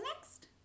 next